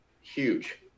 huge